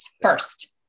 First